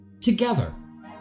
together